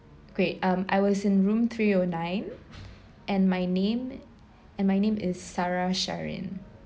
great um I was in room three O nine and my name and my name is sarah sharif